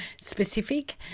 specific